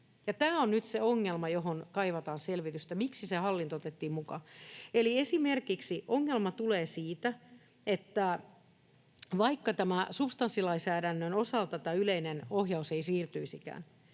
tämä on nyt se ongelma, johon kaivataan selvitystä, miksi se hallinto otettiin mukaan. Eli ongelma tulee esimerkiksi siitä, että vaikka substanssilainsäädännön osalta tämä yleinen ohjaus ei siirtyisikään,